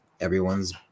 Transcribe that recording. Everyone's